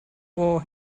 war